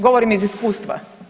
Govorim iz iskustva.